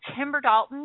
timberdalton